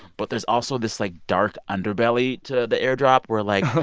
but there's also this, like, dark underbelly to the airdrop where, like.